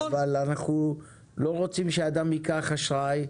אבל אנחנו לא רוצים שאדם ייקח אשראי,